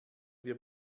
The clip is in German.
wir